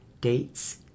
dates